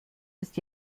ist